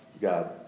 God